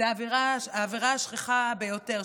זו העבירה השכיחה ביותר,